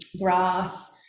grass